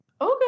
Okay